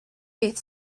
beth